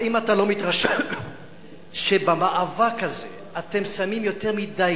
האם אתה לא מתרשם שבמאבק הזה אתם שמים יותר מדי